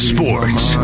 Sports